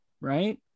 right